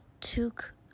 took